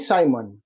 Simon